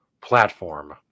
platform